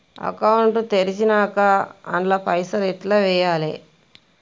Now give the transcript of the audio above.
Account తెరిచినాక అండ్ల పైసల్ ఎట్ల వేయాలే?